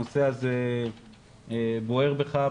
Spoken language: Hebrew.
הנושא הזה בוער בך,